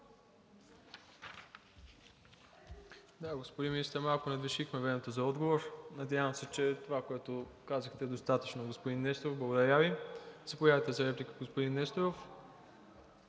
Да, господин Министър, малко надвишихме времето за отговор. Надявам се, че това, което казахте, е достатъчно. Благодаря Ви. Заповядайте за реплика, господин Несторов.